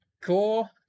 cool